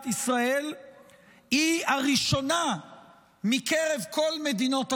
ישראל היא הראשונה מקרב כל מדינות המערב?